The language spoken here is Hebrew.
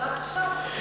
שמענו את זה רק עכשיו,